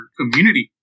community